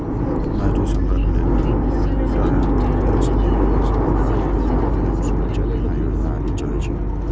मजदूर सभक लेल अटल पेंशन योजना, श्रम कार्ड योजना, पीएम सुरक्षा बीमा योजना आदि चलै छै